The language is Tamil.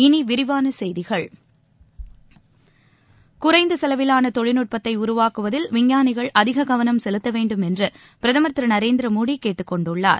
இனி விரிவான செய்திகள் குறைந்த செலவிலான தொழில்நட்பத்தை உருவாக்குவதில் விஞ்ஞானிகள் அதிக கவனம் செலுத்த வேண்டும் என்று பிரதமர் திரு நரேந்திர மோடி கேட்டுக் கொண்டுள்ளார்